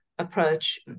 Approach